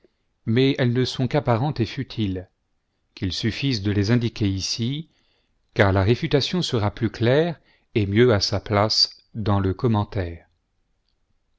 mais elles ne sont qu'apparentes et futiles qu'il suffise de les indiquer ici car la réfutation sera plus claire et mieux à sa place dans le commentaire